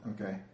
Okay